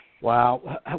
Wow